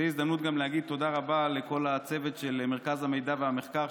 וזו גם הזדמנות להגיד תודה רבה לכל הצוות של מרכז המידע והמחקר,